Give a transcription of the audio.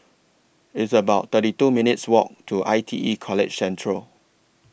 It's about thirty two minutes' Walk to I T E College Central